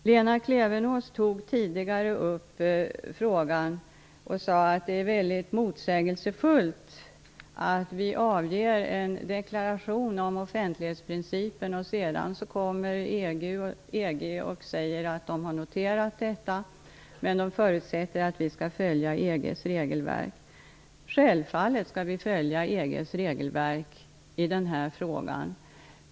Lena Klevenås sade tidigare att det är mycket motsägelsefullt att vi avger en deklaration om offentlighetsprincipen, vilket man inom EG sedan säger att man har noterat men att man förutsätter att vi skall följa EG:s regelverk. Vi skall självfallet följa EG:s regelverk i den här frågan.